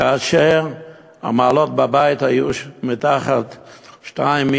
כאשר המעלות בבית היו מינוס 2,